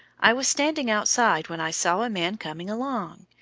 i was standing outside, when i saw a man coming along.